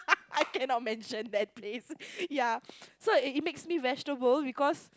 I cannot mention that place ya so it it makes me vegetable because